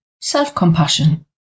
self-compassion